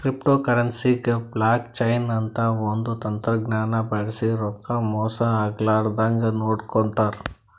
ಕ್ರಿಪ್ಟೋಕರೆನ್ಸಿಗ್ blockchain ಅಂತ್ ಒಂದ್ ತಂತಜ್ಞಾನ್ ಬಳ್ಸಿ ರೊಕ್ಕಾ ಮೋಸ್ ಆಗ್ಲರದಂಗ್ ನೋಡ್ಕೋತಾರ್